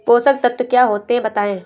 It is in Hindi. पोषक तत्व क्या होते हैं बताएँ?